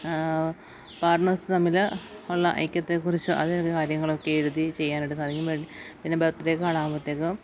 partners തമ്മിലുള്ള ഐക്യത്തെക്കുറിച്ചോ അതുമായിട്ടുള്ള കാര്യങ്ങളെഴുതി ചെയ്യാനായിട്ട് സാധിക്കും പിന്നെ ബർത്ത് ഡേ കാർഡാകുമ്പോഴത്തേക്കും